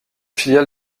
filiale